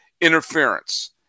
interference